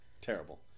Terrible